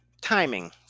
timing